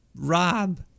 rob